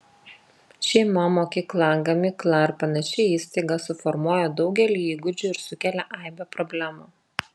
šeima mokykla gamykla ar panaši įstaiga suformuoja daugelį įgūdžių ir sukelia aibę problemų